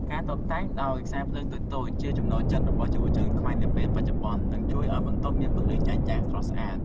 ការតុបតែងដោយខ្សែភ្លើងតូចៗជាចំណូលចិត្តរបស់យុវវ័យខ្មែរនាពេលបច្ចុប្បន្ន និង ជួយឱ្យបន្ទប់មានពន្លឺចែងចាំងស្រស់ស្អាត។